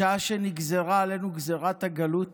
משעה שנגזרה עלינו גזרת הגלות